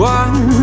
one